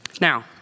Now